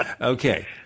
Okay